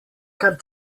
kar